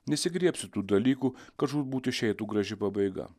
nesigriebsiu tų dalykų kad žūtbūt išeitų graži pabaiga